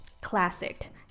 classic